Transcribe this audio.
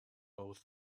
both